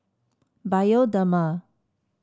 Bioderma